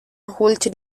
holte